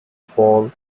fall